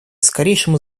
скорейшему